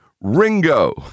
Ringo